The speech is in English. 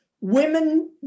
women